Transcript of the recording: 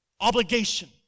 obligation